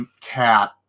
cat